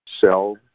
sell